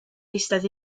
eistedd